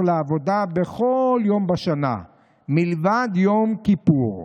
לעבודה בכל יום בשנה מלבד יום כיפור.